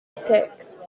six